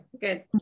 Good